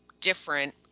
different